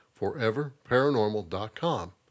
foreverparanormal.com